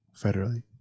federally